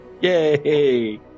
Yay